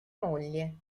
moglie